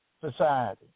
society